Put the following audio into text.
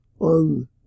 on